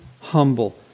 humble